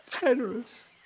generous